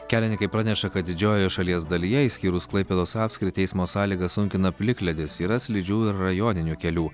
kelininkai praneša kad didžiojoje šalies dalyje išskyrus klaipėdos apskritį eismo sąlygas sunkina plikledis yra slidžių ir rajoninių kelių